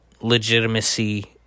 legitimacy